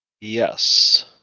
Yes